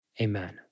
Amen